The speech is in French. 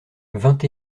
vingt